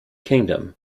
kingdom